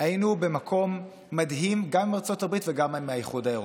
היינו במקום מדהים גם עם ארצות הברית וגם עם האיחוד האירופי.